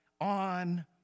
on